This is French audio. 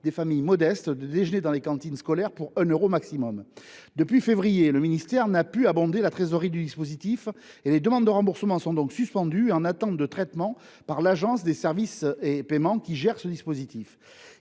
des familles modestes de déjeuner dans les cantines scolaires pour 1 euro maximum. Depuis le mois de février dernier, le ministère n’a pu abonder la trésorerie du dispositif. Les demandes de remboursement sont donc suspendues, en attendant d’être traitées par l’Agence de services et de paiement (ASP), qui gère ce dispositif.